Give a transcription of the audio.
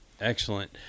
Excellent